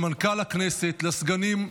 למנכ"ל הכנסת, לסגנים,